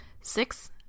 Six